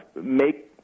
make